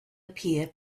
appear